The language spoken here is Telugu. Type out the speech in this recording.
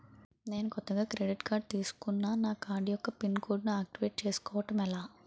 నేను కొత్తగా క్రెడిట్ కార్డ్ తిస్కున్నా నా కార్డ్ యెక్క పిన్ కోడ్ ను ఆక్టివేట్ చేసుకోవటం ఎలా?